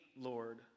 Lord